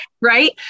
Right